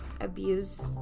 abuse